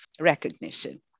recognition